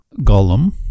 Gollum